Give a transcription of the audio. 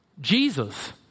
Jesus